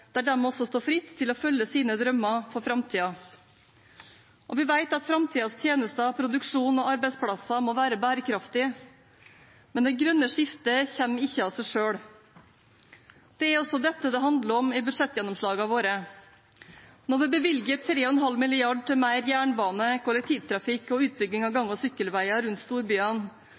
der de står fritt til å følge sine drømmer for framtiden. Vi vet at framtidens tjenester, produksjon og arbeidsplasser må være bærekraftig, men det grønne skiftet kommer ikke av seg selv. Det er også dette det handler om i budsjettgjennomslagene våre. Når vi bevilger 3,5 mrd. kr til mer jernbane, kollektivtrafikk og utbygging av gang- og sykkelveier rundt storbyene,